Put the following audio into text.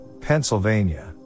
Pennsylvania